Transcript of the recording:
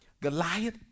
Goliath